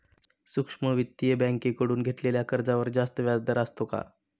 सूक्ष्म वित्तीय बँकेकडून घेतलेल्या कर्जावर जास्त व्याजदर असतो का?